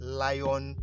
lion